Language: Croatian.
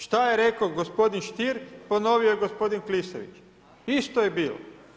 Šta je rekao gospodin Stier, ponovio je gospodin Klisović, isto je bilo.